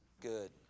Good